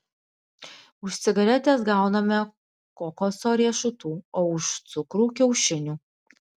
už cigaretes gauname kokoso riešutų o už cukrų kiaušinių